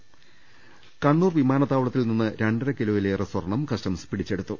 ദർവ്വെട്ടറ കണ്ണൂർ വിമാനത്താവളത്തിൽ നിന്ന് രണ്ടര കിലോയിലേറെ സ്വർണം കസ്റ്റംസ് പിടിച്ചെടുത്തു